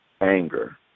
anger